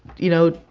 you know,